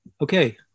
Okay